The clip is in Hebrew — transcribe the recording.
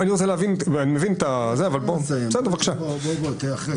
לא יכול להיות חולק על כך שפעולותיהם של חלק ממארגני